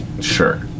sure